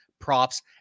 props